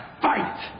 fight